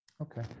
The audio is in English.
Okay